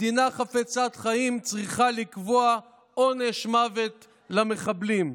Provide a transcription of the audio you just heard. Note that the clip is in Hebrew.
מדינה חפצת חיים צריכה לקבוע עונש מוות למחבלים.